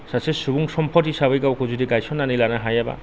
सासे सुबुं सम्पद हिसाबै गावखौ जुदि गायसन्नानै लानो हायाबा